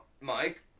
Mike